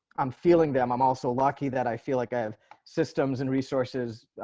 i'm feeling them. i'm also lucky that i feel like i have systems and resources.